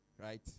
right